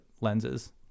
lenses